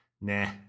nah